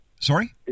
Sorry